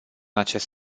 acest